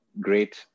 great